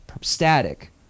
static